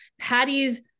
Patty's